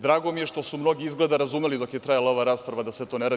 Drago mi je što su mnogi, izgleda razumeli, dok je trajala ova rasprava da se to ne radi.